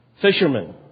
fishermen